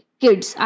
kids